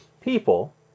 people